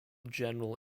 general